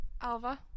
Alva